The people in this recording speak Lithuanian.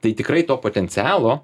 tai tikrai to potencialo